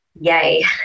Yay